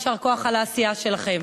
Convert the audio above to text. יישר כוח על העשייה שלכם.